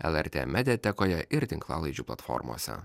lrt mediatekoje ir tinklalaidžių platformose